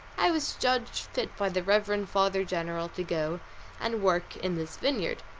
i was judged fit by the reverend father-general to go and work in this vineyard.